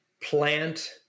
plant